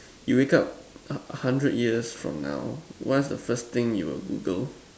you wake up hundred years from now what is the first thing you would Google